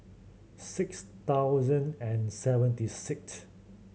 six thousand and seventy sixth